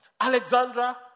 Alexandra